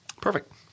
Perfect